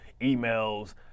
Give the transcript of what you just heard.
emails